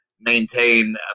maintain